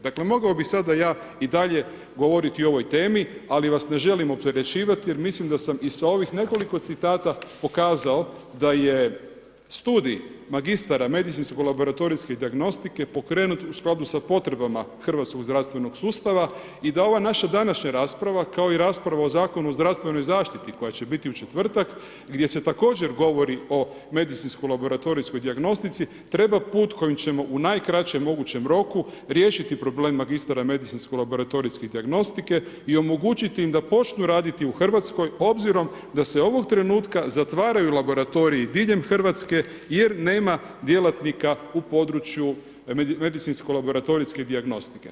Dakle mogao bih sada ja i dalje govoriti o ovoj temi ali vas ne želim opterećivati jer mislim da sam i sa ovih nekoliko citata pokazao da je studij magistara medicinsko laboratorijske dijagnostike pokrenut u skladu sa potrebama hrvatskog zdravstvenog sustava i da ova naša današnja rasprava kao i rasprava o Zakonu o zdravstvenoj zaštiti koja će biti u četvrtak gdje se također govori o medicinsko laboratorijskoj dijagnostici treba put kojim ćemo u najkraćem mogućem roku riješiti problem magistara medicinsko laboratorijske dijagnostike i omogućiti im da počnu raditi u Hrvatskoj obzirom da se ovog trenutka zatvaraju laboratoriji diljem Hrvatske jer nema djelatnika u području medicinsko laboratorijske dijagnostike.